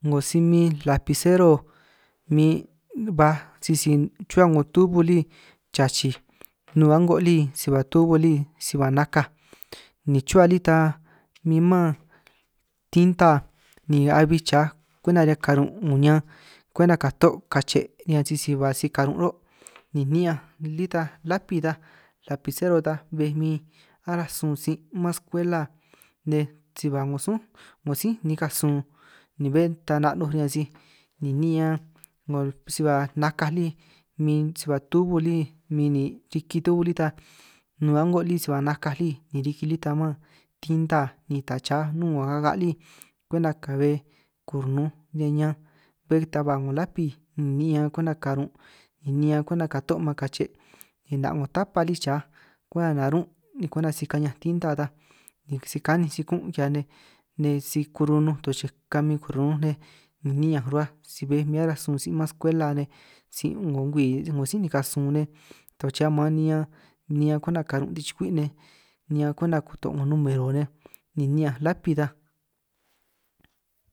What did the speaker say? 'Ngo si min lapicero min baj sisi chruhua 'ngo tubo lí chachij nun a'ngo lí si ba tubo lí si ba nakaj, ni chruhua lí ta min man tinta ni abi chaj kwenta riñan karun' 'ngo ñanj kwenta kato' kache' riñan sisi ba si karun' ro', ni ni'ñan lí ta lapi ta lapisero ta bé min aráj sun sin' mán skwela nej, si ba 'ngo sun' 'ngo sí nikaj sun ni bé ta 'na' 'nuj riñan sij, ni'ñan 'ngo si ba nakaj lí min si ba tubo lí min ni riki tubo lí taj nun a'ngo lí si ba nakaj lí, ni riki lí ta man tinta ni ta chaa nnún 'ngo kaka' lí kwenta ka'be kurununj riñan ñanj, bé ta ba 'ngo lápi ni'ñan kwenta karun' ni'ñan kwenta kató' man kache' ni 'na''ngo tapa lí chaaj kwenta narun' ni kwenta si kañan tinta ta, ni si ka'ninj si-kún' ki'hia nej nej si kurununj to chej kamin kurununj nej, niñanj rruhua si bé min aránj sin' mán skwela nej sin' 'ngo ngwii sí nikaj sun nej, to chej maan niñan niñan kwenta karun' si-chukwi' nej ni'ñanj kwenta kuto' 'ngo numero nej niñan lapi ta.